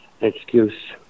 excuse